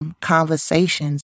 conversations